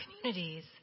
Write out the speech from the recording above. communities